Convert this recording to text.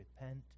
repent